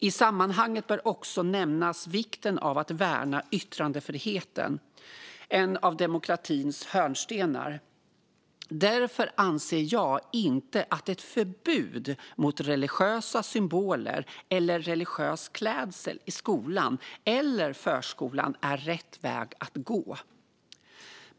I sammanhanget bör också nämnas vikten av att värna yttrandefriheten, en av demokratins hörnstenar. Därför anser jag inte att ett förbud mot religiösa symboler eller religiös klädsel i skolan eller förskolan är rätt väg att gå.